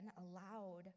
allowed